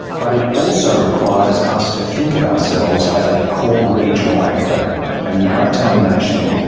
but it also requires us to think of ourselves as a core regional actor a maritime nation,